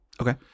Okay